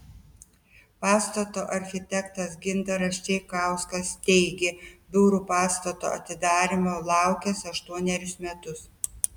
pastato architektas gintaras čeikauskas teigė biurų pastato atidarymo laukęs aštuonerius metus